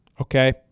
Okay